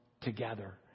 together